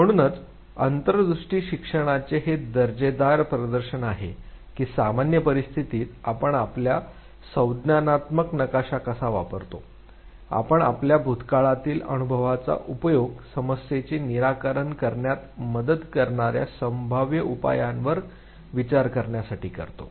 म्हणूनच अंतर्दृष्टी शिक्षणाचे हे दर्जेदार प्रदर्शन आहे की सामान्य परिस्थितीत आपण आपला संज्ञानात्मक नकाशा कसा वापरतो आपण आपल्या भूतकाळातील अनुभवाचा उपयोग समस्येचे निराकरण करण्यात मदत करणाऱ्या संभाव्य उपायांवर विचार करण्यासाठी करतो